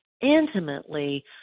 intimately